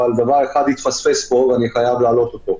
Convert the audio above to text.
אבל דבר אחד התפספס פה ואני חייב להעלות אותו.